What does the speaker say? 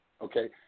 okay